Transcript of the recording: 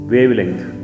Wavelength